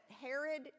Herod